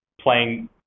playing